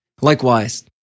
Likewise